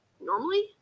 normally